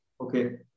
Okay